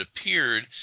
appeared